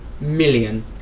million